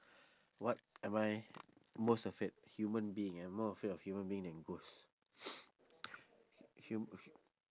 what am I most afraid human being I'm more afraid of human being than ghost h~ hu~ hu~